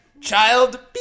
child